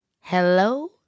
Hello